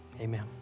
amen